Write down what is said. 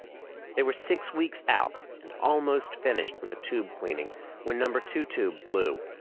they were six weeks out and almost finished with the tube cleaning when number two tube blew.